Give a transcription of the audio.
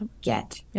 get